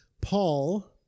Paul